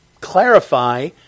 clarify